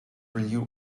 renew